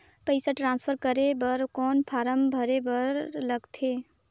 पईसा ट्रांसफर करे बर कौन फारम भरे बर लगथे?